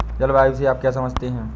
जलवायु से आप क्या समझते हैं?